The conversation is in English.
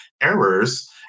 errors